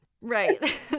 right